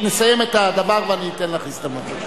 נסיים את הדבר, ואני אתן לך הזדמנות.